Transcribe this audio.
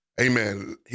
Amen